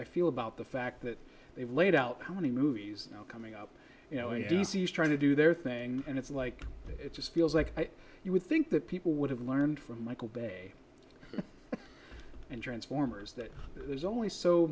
i feel about the fact that they've laid out how many movies coming up you know i do see you trying to do their thing and it's like it just feels like you would think that people would have learned from michael bay and transformers that there's only so